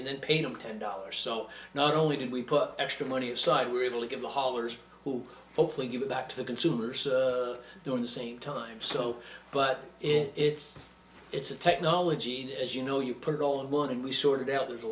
and then painting ten dollars so not only did we put extra money aside we were able to give the haulers who hopefully give it back to the consumers doing the same time so but it's it's a technology as you know you put it all in one and we sorted out there's a